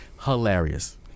Hilarious